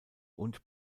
und